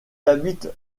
habitent